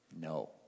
No